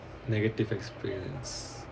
negative experience